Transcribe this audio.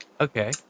Okay